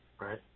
Right